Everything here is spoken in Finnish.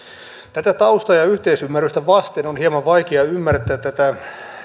tätä taustaa ja yhteisymmärrystä vasten on hieman vaikea ymmärtää tätä